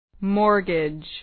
Mortgage